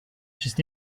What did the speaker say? just